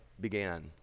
began